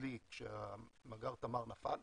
נוזלי כשמאגר תמר נפל,